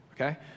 Okay